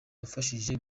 wafashije